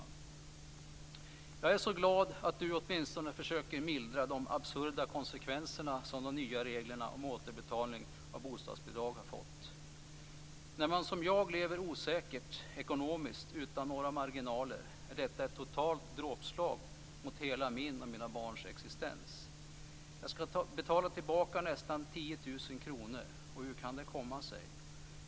Hon skriver: "Jag är så glad över att ni åtminstone försöker mildra de absurda konsekvenser som de nya reglerna om återbetalning av bostadsbidrag har fått! - När man, som jag, lever osäkert ekonomiskt utan några marginaler är detta ett totalt dråpslag mot hela min och mina barns existens. Jag ska betala tillbaka nästan 10 000 kronor - och hur kan det komma sig?